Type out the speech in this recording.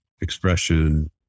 expression